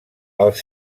els